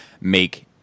make